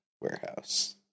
Warehouse